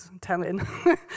telling